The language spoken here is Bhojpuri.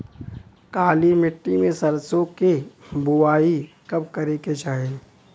काली मिट्टी में सरसों के बुआई कब करे के चाही?